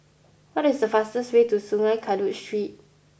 what is the fastest way to Sungei Kadut Street